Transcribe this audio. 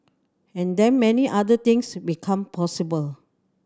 and then many other things become possible